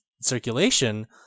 circulation